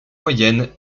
moyenne